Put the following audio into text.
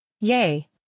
Yay